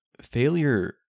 failure